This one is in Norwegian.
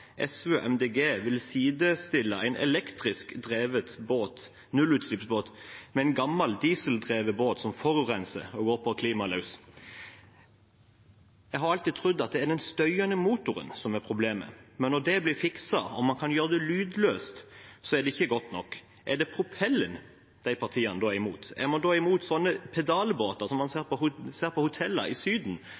SV og Miljøpartiet De Grønne vil sidestille en elektrisk drevet nullutslippsbåt med en gammel, dieseldrevet båt som forurenser og går på klimaet løs. Jeg har alltid trodd at det er den støyende motoren som er problemet, men når det blir fikset, og man kan gjøre det lydløst, så er det ikke godt nok. Er det propellen disse partiene er imot? Er man imot slike pedalbåter som man ser på hotellene i Syden,